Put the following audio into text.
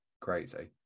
crazy